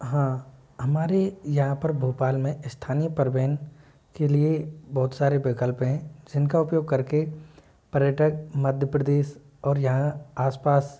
हाँ हमारे यहाँ पर भोपाल में स्थानीय परिवहन के लिए बहुत सारे विकल्प हैं जिनका उपयोग करके पर्यटक मध्य प्रदेश और यहाँ आसपास